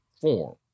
form